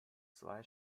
zwei